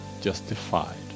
justified